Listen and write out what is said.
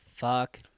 Fuck